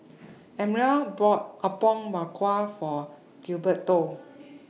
Elmyra bought Apom Berkuah For Gilberto